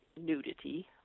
nudity